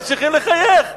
ממשיכים לחייך.